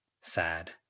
sad